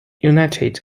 united